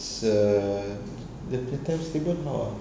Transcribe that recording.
it's err the the timetable how ah